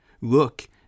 Look